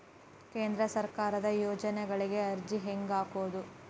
ಕೇಂದ್ರ ಸರ್ಕಾರದ ಯೋಜನೆಗಳಿಗೆ ಅರ್ಜಿ ಹೆಂಗೆ ಹಾಕೋದು?